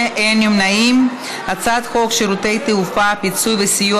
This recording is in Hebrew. את הצעת חוק שירותי תעופה (פיצוי וסיוע